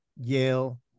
Yale